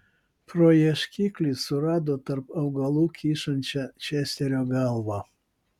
pro ieškiklį surado tarp augalų kyšančią česterio galvą